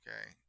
okay